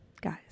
guys